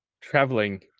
traveling